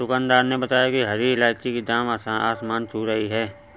दुकानदार ने बताया कि हरी इलायची की दाम आसमान छू रही है